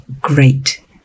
great